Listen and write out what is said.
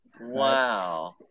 wow